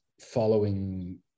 following